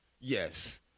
Yes